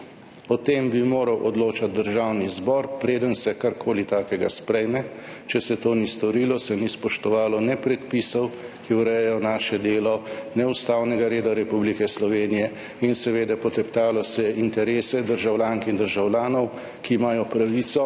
O tem bi moral odločati Državni zbor, preden se karkoli takega sprejme. Če se to ni storilo, se ni spoštovalo ne predpisov, ki urejajo naše delo, ne ustavnega reda Republike Slovenije in poteptalo se je interese državljank in državljanov, ki imajo pravico